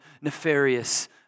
nefarious